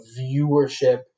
viewership